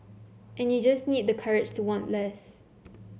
and you just need the courage to want less